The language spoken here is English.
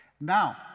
Now